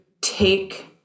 take